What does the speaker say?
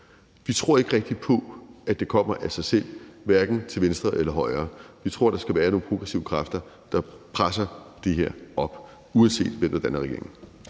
Vi tror ikke rigtig på, at det kommer af sig selv, hverken til venstre eller højre. Vi tror, at der skal være nogle progressive kræfter, der presser det her op, uanset hvem der danner regering.